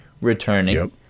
returning